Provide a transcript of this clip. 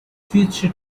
future